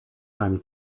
time